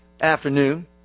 afternoon